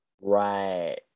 Right